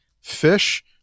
fish